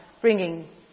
bringing